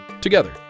together